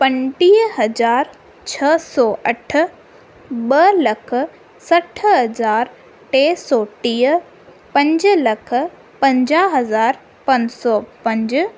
पंटीह हज़ार छह सौ अठ ॿ लख सठ हज़ार टे सौ टीह पंज लख पंजाहु हज़ार पंज सौ पंज